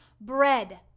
bread